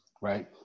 right